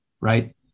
right